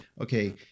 okay